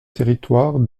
territoire